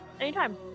Anytime